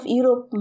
Europe